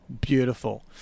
beautiful